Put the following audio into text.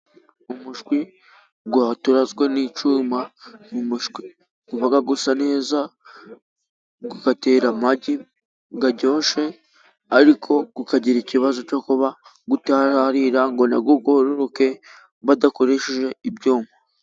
Umushwi waturazwe n'icyuma ni umushwi uba usa neza, ugatera amagi aryoshye, ariko ukagira ikibazo cyo kuba utararira ngo nawo wororoke badakoresheje ibyuma.